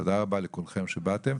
תודה רבה לכולם שבאתם,